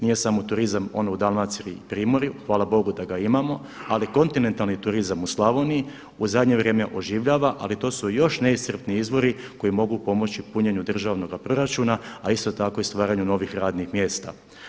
Nije samo turizam ono u Dalmaciji i Primorju, hvala Bogu da ga imamo ali kontinentalni turizam u Slavoniji u zadnje vrijeme oživljava ali to su još neiscrpni izvori koji mogu pomoći punjenju državnoga proračuna a isto tak i stvaranju novih radnih mjesta.